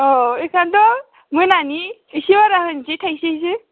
औ एखायन्थ' मोनानि एसे बारा होनसै थाइसेसो